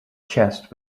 chest